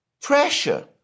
pressure